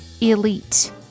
elite